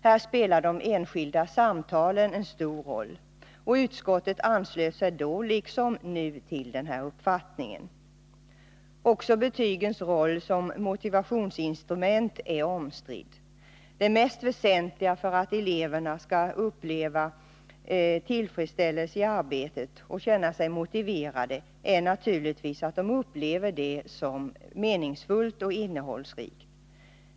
Här spelar de enskilda samtalen en stor roll. Utskottet anslöt sig då liksom nu till denna uppfattning. Också betygens roll som motivationsinstrument är omstridd. Det mest väsentliga för att eleverna skall uppleva tillfredsställelse i arbetet och känna sig motiverade är naturligtvis att de uppfattar det som meningsfullt och innehållsrikt.